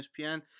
ESPN